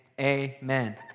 amen